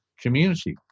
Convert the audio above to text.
community